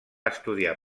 estudiar